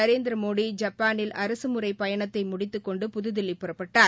நரேந்திரமோடி ஜப்பானில் அரசு முறை பயணத்தை முடித்துக்கொண்டு புதுதில்லி புறப்பட்டார்